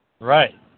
Right